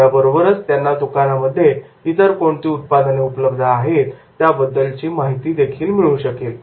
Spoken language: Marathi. याबरोबरच त्यांना दुकानांमध्ये इतर कोणती उत्पादने उपलब्ध आहेत याबद्दलदेखील माहिती मिळू शकेल